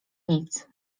nic